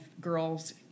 girls